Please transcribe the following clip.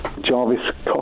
Jarvis